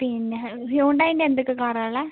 പിന്നെ ഹ്യൂൻഡായിൻ്റെ എന്തൊക്കെ കാർ ആണ് ഉള്ളത്